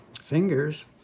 fingers